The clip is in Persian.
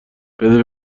بده